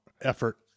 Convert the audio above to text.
effort